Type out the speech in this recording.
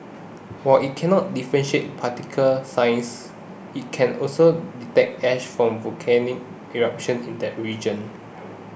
while it cannot differentiate particle size it can also detect ash from volcanic eruptions in that region